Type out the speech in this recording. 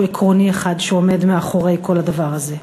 עקרוני אחד שעומד מאחורי כל הדבר הזה: